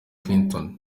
clinton